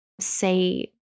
say